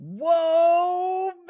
Whoa